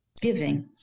giving